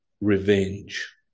revenge